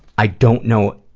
i don't know,